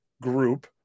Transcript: group